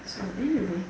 so anyway